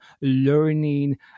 learning